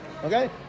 Okay